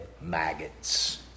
maggots